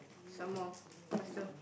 some more faster